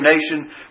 nation